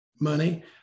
money